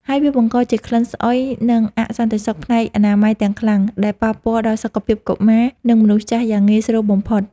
ហើយវាបង្កជាក្លិនស្អុយ និងអសន្តិសុខផ្នែកអនាម័យយ៉ាងខ្លាំង ដែលប៉ះពាល់ដល់សុខភាពកុមារ និងមនុស្សចាស់យ៉ាងងាយស្រួលបំផុត។